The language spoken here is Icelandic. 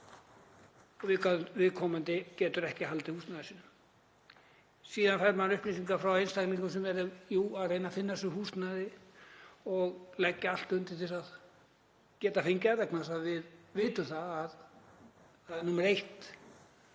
Viðkomandi getur ekki haldið húsnæði sínu. Síðan fær maður upplýsingar frá einstaklingum sem eru að reyna að finna sér húsnæði og leggja allt undir til að geta fengið það vegna þess að við vitum að það er númer eitt,